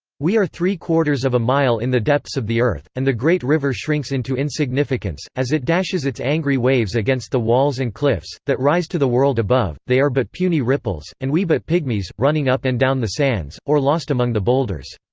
we are three-quarters of a mile in the depths of the earth, and the great river shrinks into insignificance, as it dashes its angry waves against the walls and cliffs, that rise to the world above they are but puny ripples, and we but pigmies, running up and down the sands, or lost among the boulders.